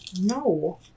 No